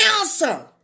answer